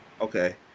okay